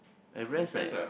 I rest leh